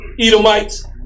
Edomites